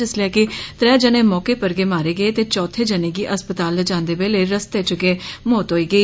जिसलै कि त्रै जने मौके पर गै मारे गे ते चौथे जने गी अस्पताल लेआनदे बेल्लै रस्ते च गै मौत होई गेई